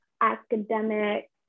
academic